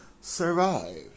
Survive